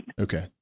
Okay